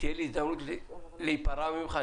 שתהיה לי הזדמנות להיפרע ממך,